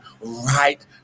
right